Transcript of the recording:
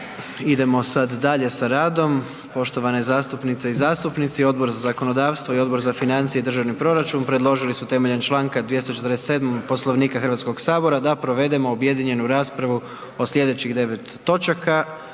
idemo sad dalje sa radom. Poštovane zastupnice i zastupnici, Odbor za zakonodavstvo i Odbor za financije i državni proračun, predložili su temeljem čl. 247. Poslovnika Hrvatskog sabora da provedemo objedinjenu raspravu o slijedećih 9 točaka,